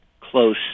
close